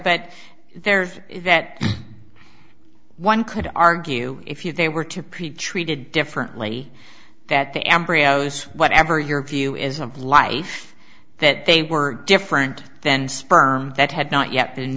but there's that one could argue if you they were to pretreated differently that the embryos whatever your view is of life that they were different then sperm that had not yet been